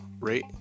rate